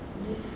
this